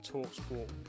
TalkSport